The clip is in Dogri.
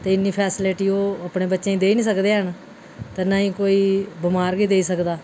ते इन्नी फैसिलिटी ओह् अपने बच्चें गी देई नेईं सकदे हैन ते ना गै कोई बमार गी देई सकदा